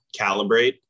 calibrate